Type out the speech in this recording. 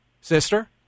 sister